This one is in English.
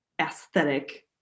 aesthetic